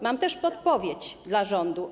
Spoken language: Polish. Mam też podpowiedź dla rządu.